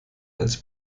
als